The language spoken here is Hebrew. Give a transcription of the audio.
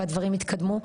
והדברים יתקדמו.